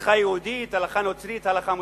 הלכה יהודית, הלכה נוצרית והלכה מוסלמית.